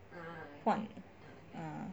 换 ah